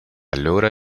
allora